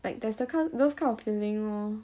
like there's the kind those kind of feeling lor